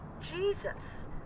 Jesus